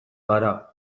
gara